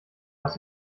aus